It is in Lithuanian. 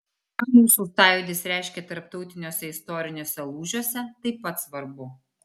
ką mūsų sąjūdis reiškė tarptautiniuose istoriniuose lūžiuose taip pat svarbu